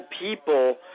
people